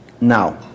Now